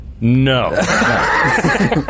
No